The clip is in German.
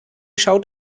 schaut